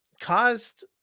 caused